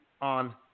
on